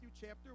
chapter